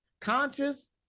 conscious